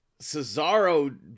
Cesaro